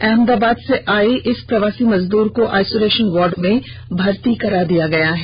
अहमदाबाद से आये इस प्रवासी मजदूर को आईसोलेषन वार्ड में भर्ती कराया गया है